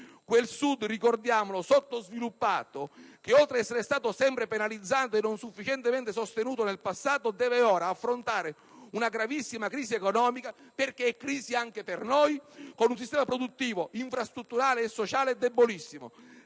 Quel Sud, ricordiamolo, sottosviluppato che, oltre ad essere stato sempre penalizzato e non sufficientemente sostenuto in passato, deve ora affrontare una gravissima crisi economica, che è crisi anche per noi, con un sistema produttivo, infrastrutturale e sociale debolissimo,